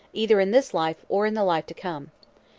either in this life or in the life to come.